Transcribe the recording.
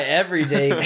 everyday